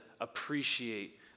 appreciate